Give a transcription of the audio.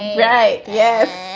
right? yes.